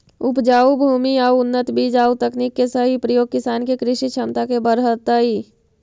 उपजाऊ भूमि आउ उन्नत बीज आउ तकनीक के सही प्रयोग किसान के कृषि क्षमता के बढ़ऽतइ